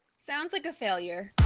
sounds like a failure